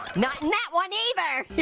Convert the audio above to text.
not in that one, either.